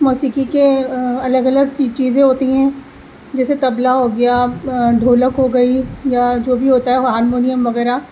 موسیقی کے الگ الگ چیزیں ہوتی ہیں جیسے طبلا ہو گیا ڈھولک ہو گئی یا جو بھی ہوتا ہے ہارمونیم وغیرہ